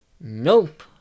Nope